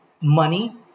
money